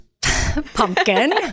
pumpkin